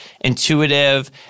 intuitive